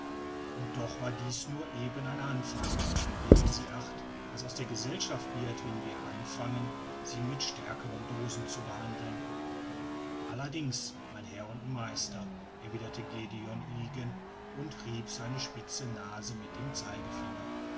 und doch war das nur eben ein anfang geben sie acht was aus der gesellschaft wird wenn wir anfangen sie mit starken dosen zu behandeln allerdings mein herr und meister erwiderte gdon ygen und rieb seine spitze nase mit dem zeigefinger